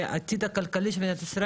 לעתיד הכלכלי של מדינה,